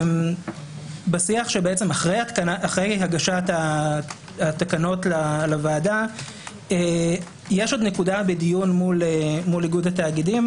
בשיח שאחרי הגשת התקנות לוועדה יש עוד נקודה בדיון מול איגוד התאגידים,